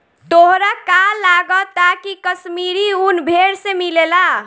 तोहरा का लागऽता की काश्मीरी उन भेड़ से मिलेला